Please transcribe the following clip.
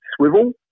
swivel